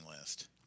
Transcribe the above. list